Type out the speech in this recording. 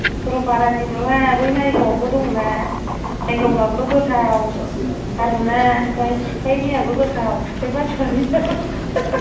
सरलपारानि नङा बै नायगावआवबो दङ'ना नायगावनाबो गोथाव थारुना ओमफ्राय टिपकाइनियाबो टिपकाइ बासबारिनाबो